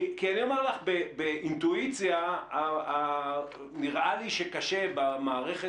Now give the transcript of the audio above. כי אני אומר לך באינטואיציה נראה לי שקשה במערכת